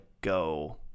go